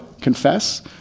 confess